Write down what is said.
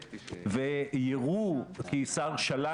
תתביישו כשאתם חוזרים לערים